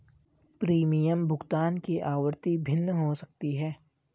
premium भुगतान की आवृत्ति भिन्न हो सकती है